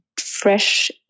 fresh